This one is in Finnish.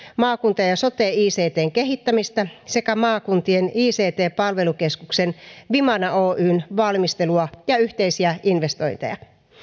maakunta ja sote ictn kehittämistä sekä maakuntien ict palvelukeskuksen vimana oyn valmistelua ja yhteisiä investointeja